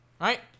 Right